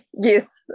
yes